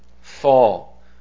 fall